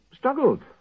Struggled